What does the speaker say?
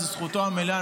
זו זכותו המלאה.